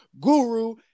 Guru